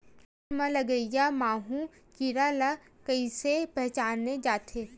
धान म लगईया माहु कीरा ल कइसे पहचाने जाथे?